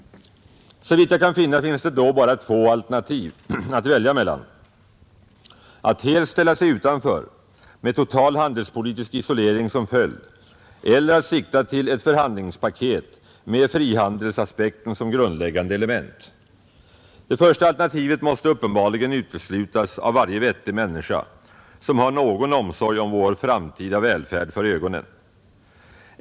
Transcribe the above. Såvitt jag kan finna finns det då bara två alternativ att välja mellan: att helt ställa sig utanför med total handelspolitisk isolering som följd eller att sikta till ett förhandlingspaket med frihandelsaspekten som grundläggande element. Det första alternativet måste uppenbarligen uteslutas av varje vettig människa som har någon omsorg om vår framtida välfärd för ögonen.